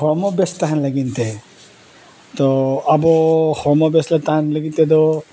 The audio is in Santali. ᱦᱚᱲᱢᱚ ᱵᱮᱥ ᱛᱟᱦᱮᱱ ᱞᱟᱹᱜᱤᱫ ᱛᱮ ᱛᱳ ᱟᱵᱚ ᱦᱚᱲᱢᱚ ᱵᱮᱥ ᱨᱮ ᱛᱟᱦᱮᱱ ᱞᱟᱹᱜᱤᱫ ᱛᱮᱫᱚ